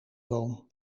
boom